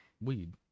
weed